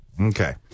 Okay